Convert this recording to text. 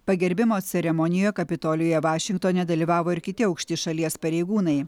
pagerbimo ceremonijoje kapitolijuje vašingtone dalyvavo ir kiti aukšti šalies pareigūnai